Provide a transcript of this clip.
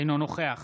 אינו נוכח